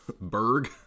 Berg